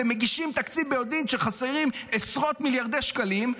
אתם מגישים תקציב ביודעין שחסרים עשרות מיליארדי שקלים,